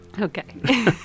Okay